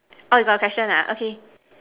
orh you got question ah okay